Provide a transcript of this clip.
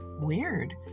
weird